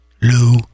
Lou